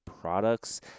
products